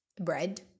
bread